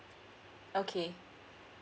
okay